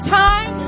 time